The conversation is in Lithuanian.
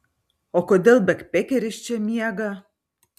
o kodėl bekpekeris čia miega